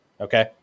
okay